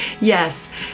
Yes